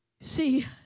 See